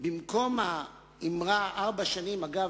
במקום האמירה "ארבע שנים" אגב,